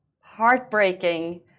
heartbreaking